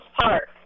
Park